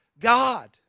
God